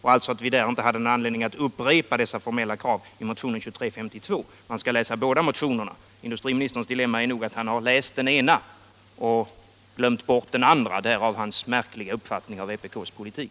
Vi ansåg inte att vi hade någon anledning att upprepa dessa formella krav i motionen 2352. Man skall läsa båda motionerna. Industriministerns dilemma är nog att han har läst den ena och glömt bort den andra — därav hans märkliga uppfattning om vpk:s politik.